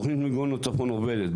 תוכנית מיגון הצפון עובדת,